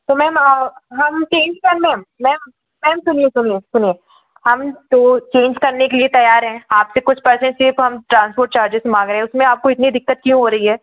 तो मैम हम चेंज कर मैम मैम सुनिए सुनिए सुनिए हम तो चेंज करने के लिए तैयार हैं आपसे कुछ पैसे सिर्फ़ हम ट्रांसपोर्ट चार्जेस माँग रहे हैं उसमें आपको इतनी दिक्कत क्यों हो रही है